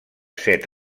set